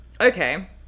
Okay